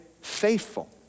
faithful